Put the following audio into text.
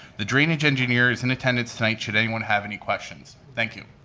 the drainage engineer is in attendance tonight, should anyone have any questions. thank you.